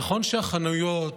נכון שהחנויות,